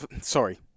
sorry